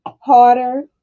harder